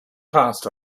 passed